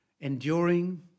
enduring